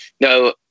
No